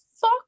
fuck